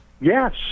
Yes